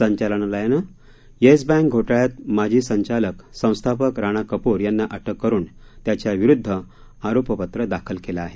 संचालनालयाने Yes Bank घोटाळ्यात माजी संचालक संस्थापक राणा कपूर यांना अटक करुन त्याच्याविरुद्ध आरोपपत्र दाखल केलं आहे